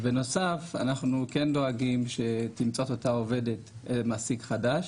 ובנוסף אנחנו כן דואגים שתמצא אותה עובדת מעסיק חדש